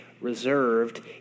reserved